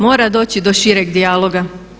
Mora doći do šireg dijaloga.